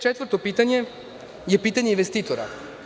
Četvrto pitanje je pitanje investitora.